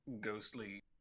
ghostly